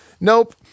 Nope